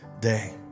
day